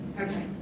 Okay